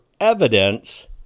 evidence